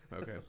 okay